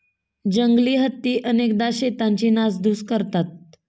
जंगली हत्ती अनेकदा शेतांची नासधूस करतात